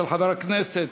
של חבר הכנסת